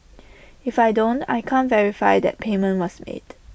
if I don't I can't verify that payment was made